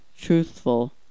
Truthful